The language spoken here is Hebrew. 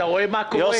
אתה רואה מה קורה?